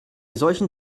solchen